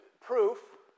Proof